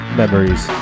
memories